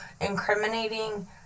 incriminating